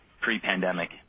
pre-pandemic